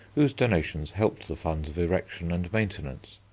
whose donations helped the funds of erection and maintenance.